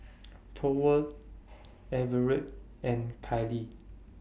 Thorwald Everett and Kylie